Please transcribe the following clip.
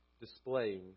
displaying